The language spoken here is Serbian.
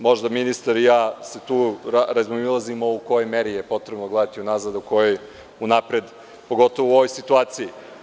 Možda se ministar i ja tu razmimoilazimo u kojoj meri je potrebno gledati u nazad, a u kojoj unapred, pogotovo u ovoj situaciji.